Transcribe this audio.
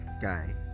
Guy